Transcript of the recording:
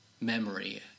memory